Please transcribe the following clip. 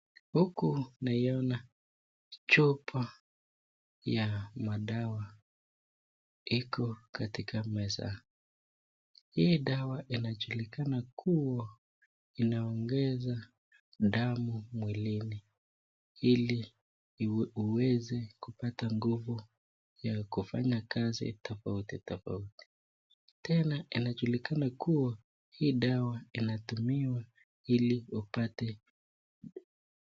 Huku naiona chupa ya madawa iko katika meza, hii dawa inajulikana kuwa inaongeza damu mwilini, ili uweze kupata nguvu ya kufanya kazi tofauti tofauti. Tena inajulikana kuwa hii dawa inatumiwa ili wapate.